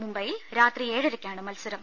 മുംബൈയിൽ രാത്രി ഏഴരക്കാണ് മത്സരം